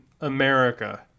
America